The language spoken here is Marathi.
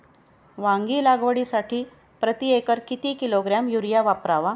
वांगी लागवडीसाठी प्रती एकर किती किलोग्रॅम युरिया वापरावा?